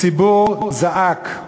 הציבור זעק,